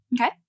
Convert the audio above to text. Okay